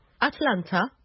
Atlanta